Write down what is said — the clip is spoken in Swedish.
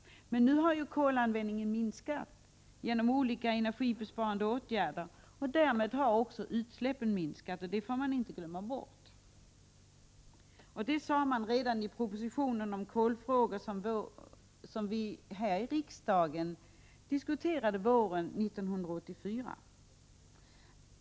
Nu har kolanvändningen minskat genom olika energibesparande åtgärder, och därmed har utsläppen minskat, vilket man inte får glömma bort. Detta uttalade regeringen i propositionen om kolfrågor som riksdagen diskuterade våren 1984.